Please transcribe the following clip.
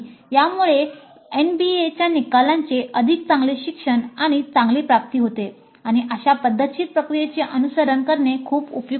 यामुळे एनबीएच्या निकालांचे अधिक चांगले शिक्षण आणि चांगल्या प्राप्ती होते आणि अशा पद्धतशीर प्रक्रियेचे अनुसरण करणे खूप उपयुक्त आहे